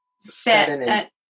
set